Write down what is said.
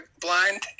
Blind